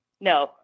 No